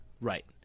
right